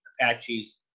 Apaches